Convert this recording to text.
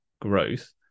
growth